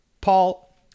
paul